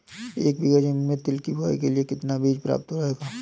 एक बीघा ज़मीन में तिल की बुआई के लिए कितना बीज प्रयाप्त रहेगा?